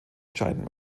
entscheiden